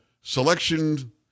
selection